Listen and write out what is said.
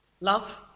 Love